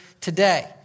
Today